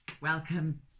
Welcome